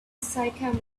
sycamore